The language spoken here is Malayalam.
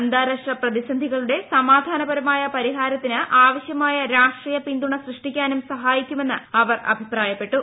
അന്താരാഷ്ട്ര പ്രതിസന്ധികളുടെ സമാധാനപരമായ പരിഹാരത്തിന് ആവശ്യമായ രാഷ്ട്രീയ പിന്തുണ സൃഷ്ടിക്കാനും സഹായിക്കുമെന്ന് അവർ അഭിപ്രായപ്പെട്ടു